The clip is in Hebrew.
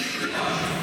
תואר שני.